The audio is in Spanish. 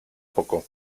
poco